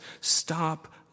stop